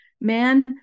man